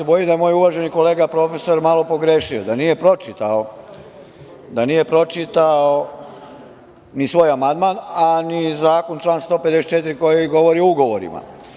Bojim se da je moj uvaženi kolega profesor malo pogrešio, da nije pročitao ni svoj amandman, a ni zakon član 154. koji govori o ugovorima.